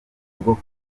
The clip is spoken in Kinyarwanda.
rwo